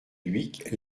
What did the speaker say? dhuicq